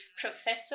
professor